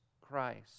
Christ